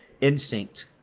instinct